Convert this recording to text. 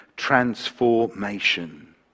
transformation